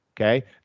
okay